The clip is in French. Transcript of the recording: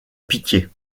pitié